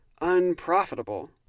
unprofitable